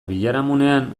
biharamunean